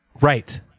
Right